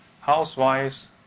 housewives